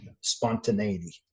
spontaneity